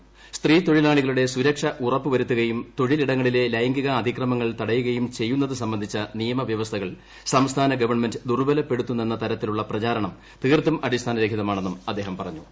്സ്ത്രീതൊഴിലാളികളുടെ സുരക്ഷ ഉറപ്പുവരുത്തുകയും തൊഴിലിടങ്ങളിലെ ലൈംഗികാതിക്രമങ്ങൾ തടയുകയും ചെയ്യുന്നതു സംബന്ധിച്ച നിയമവ്യവസ്ഥകൾ സംസ്ഥാന സർക്കാർ ദുർബലപ്പെടുത്തുന്നു എന്ന തരത്തിലുള്ള പ്രചാരണം തീർത്തും അടിസ്ഥാനരഹിതമാണെന്ന് അദ്ദേഹം പറഞ്ഞു